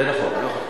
זה --- נכון.